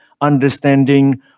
understanding